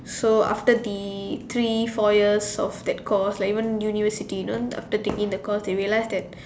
so after the three four years of that course like even university you know after taking that course they realise that